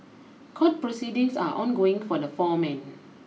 court proceedings are ongoing for the four men